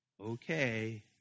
Okay